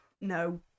no